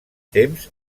temps